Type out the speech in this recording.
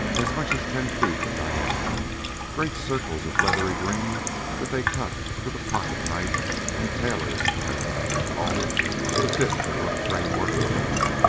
as much as ten feet in diameter great circles of leathery green that they cut with a pocket knife and tailored as diane called it to fit the rough framework of the hut.